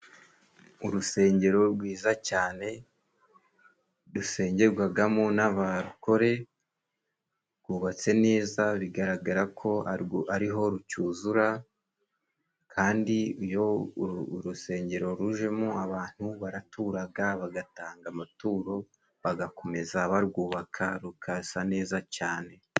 Urusengero rwiza cyane rusengerwagamo n'abarokore, rwubatse neza bigaragara ko ariho rucyuzura kandi iyo urusengero rujemo abantu baraturaga ,bagatanga amaturo bagakomeza barwubaka rukasa neza cyane.